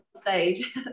stage